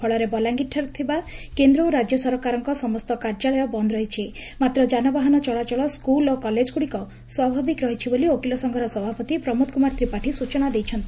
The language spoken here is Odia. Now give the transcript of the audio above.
ଫଳରେ ବଲାଙ୍ଗୀଠାରେ ଥିବା କେନ୍ଦ୍ର ଓ ରାକ୍ୟ ସରକାରଙ୍କ ସମସ୍ତ କାର୍ଯ୍ୟାଳୟ ବନ୍ଦ ରହିଛି ମାତ୍ର ଯାନବାହନ ଚଳାଚଳ ସ୍କୁଲ ଓ କଲେଜ ଗୁଡିକ ସ୍ୱାଭାବିକ ରହିଛି ବୋଲି ଓକିଲ ସଂଘର ସଭାପତି ପ୍ରମୋଦ କୁମାର ତ୍ରିପାଠୀ ସୂଚନା ଦେଇଛନ୍ତି